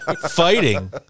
fighting